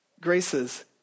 graces